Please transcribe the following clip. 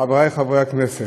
חברי חברי הכנסת,